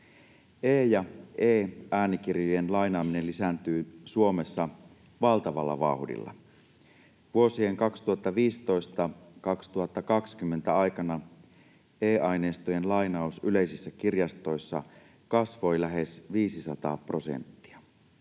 ja e-äänikirjojen lainaaminen lisääntyy Suomessa valtavalla vauhdilla. Vuosien 2015—2020 aikana e-aineistojen lainaus yleisissä kirjastoissa kasvoi lähes 500 prosenttia.